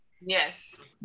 Yes